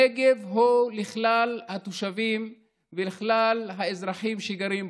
הנגב הוא לכלל התושבים ולכלל האזרחים שגרים בו.